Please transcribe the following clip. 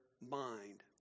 mind